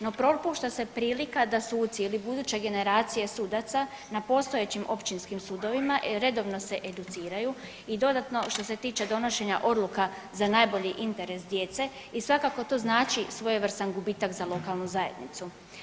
No propušta se prilika da suci ili buduće generacije sudaca na postojećim općinskim sudovima redovno se educiraju i dodatno što se tiče donošenja odluka za najbolji interes djece i svakako to znači svojevrstan gubitak za lokalnu zajednicu.